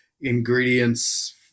ingredients